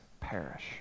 perish